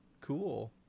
Cool